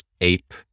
ape